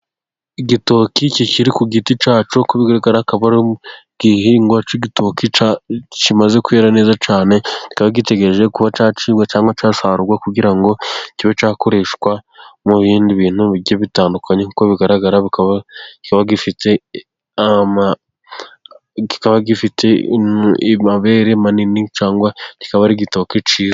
Igitoki kikiri ku giti cyacyo uko bigaragara akaba ari igihingwa cy'igitoki kimaze kwera neza cyane, kikaba gitegereje kuba cyacibwa, cyangwa cyasarurwa, kugira ngo kibe cyakoreshwa mu bindi bintu bigiye bitandukanye, nk'uko bigaragaraba kiba gifite amabere manini cyangwa kikaba ari igitoki cyiza.